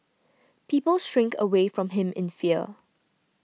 people shrink away from him in fear